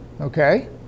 okay